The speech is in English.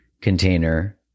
container